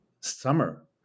summer